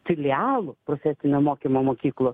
filialų profesinio mokymo mokyklų